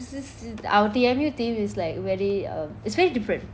s~ s~ our T_M_U team is like very uh it's very different